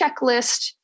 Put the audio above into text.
checklist